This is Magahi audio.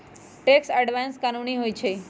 टैक्स अवॉइडेंस कानूनी होइ छइ